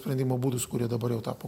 sprendimo būdus kurie dabar jau tapo